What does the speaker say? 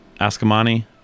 Askamani